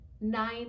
nine